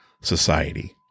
society